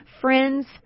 Friends